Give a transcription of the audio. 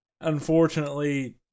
Unfortunately